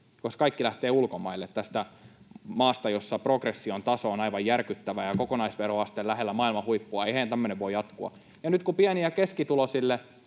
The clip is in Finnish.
koska kaikki lähtevät ulkomaille tästä maasta, jossa progression taso on aivan järkyttävä ja kokonaisveroaste lähellä maailman huippua. Eihän tämmöinen voi jatkua. Ja nyt kun pieni- ja keskituloisille